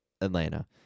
Atlanta